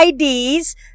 IDs